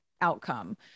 outcome